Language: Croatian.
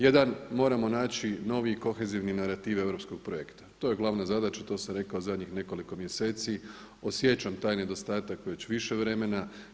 Jedan moramo naći novi kohezivni narativ europskog projekta, to je glavna zadaća, to sam rekao zadnjih nekoliko mjeseci, osjećam taj nedostatak već više vremena.